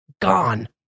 gone